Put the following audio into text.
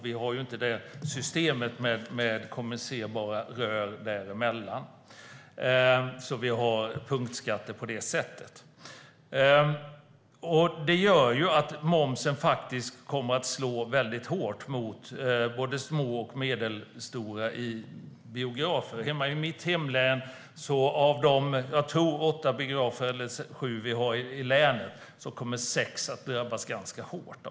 Vi har inte ett system med kommunicerande rör däremellan. Vi har alltså punktskatter på det sättet. Det gör att momsen faktiskt kommer att slå mycket hårt mot både små och medelstora biografer. Av de sju åtta biografer som finns i mitt hemlän kommer sex av dem att drabbas hårt.